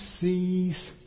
sees